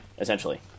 Essentially